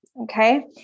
Okay